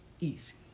easy